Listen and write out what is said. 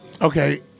Okay